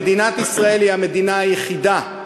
מדינת ישראל היא המדינה היחידה,